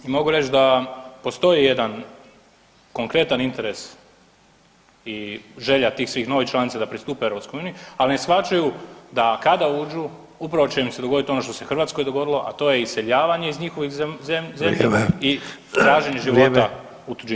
Mogu reć da postoji jedan konkretan interes i želja tih svih novih članica da pristupe EU, ali ne shvaćaju da kada uđu upravo će im se dogodit ono što se Hrvatskoj dogodilo, a to je iseljavanje iz njihove zemlje i traženje života u tuđini.